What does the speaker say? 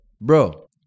bro